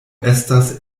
estas